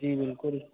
जी बिल्कुल